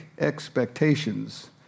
expectations